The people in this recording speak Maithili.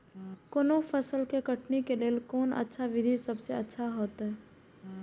कोनो फसल के कटनी के लेल कोन अच्छा विधि सबसँ अच्छा होयत?